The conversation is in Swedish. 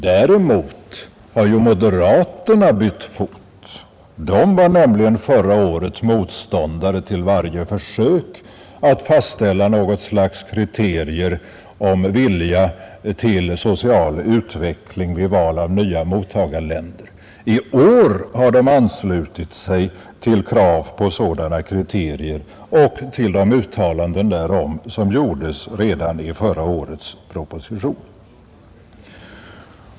Däremot har ju moderaterna bytt fot. De var nämligen förra året motståndare till varje försök att fastställa något slags kriterier om vilja till social utveckling vid val av nya mottagarländer. I år har de anslutit sig till kravet på sådana kriterier och till de uttalanden därom som gjordes redan i förra årets proposition.